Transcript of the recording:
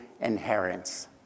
inheritance